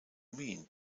mean